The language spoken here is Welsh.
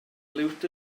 liwt